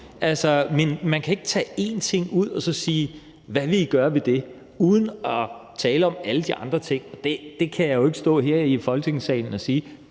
man kan ikke tage én ting ud og spørge, hvad vi vil gøre med det, uden at tale om alle de andre ting, og det kan jeg jo ikke stå her i Folketingssalen og sige.